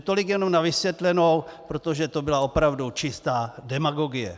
Tolik jenom na vysvětlenou, protože to byla opravdu čistá demagogie.